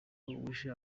wishe